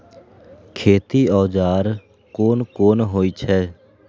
खेती औजार कोन कोन होई छै?